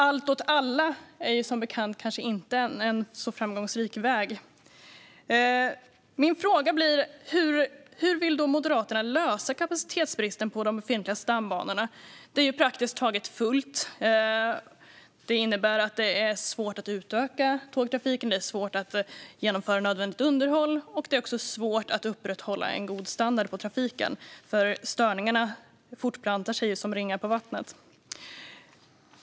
Allt åt alla är som bekant inte en särskilt framgångsrik väg. Min fråga blir: Hur vill då Moderaterna lösa kapacitetsbristen på de befintliga stambanorna? Det är ju praktiskt taget fullt. Det innebär att det är svårt att utöka tågtrafiken och att genomföra nödvändigt underhåll, och det är också svårt att upprätthålla en god standard på trafiken, för störningarna fortplantar sig ju som ringar på vattnet.